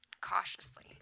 cautiously